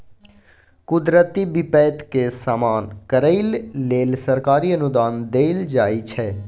कुदरती बिपैत के सामना करइ लेल सरकारी अनुदान देल जाइ छइ